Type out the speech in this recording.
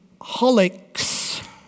holics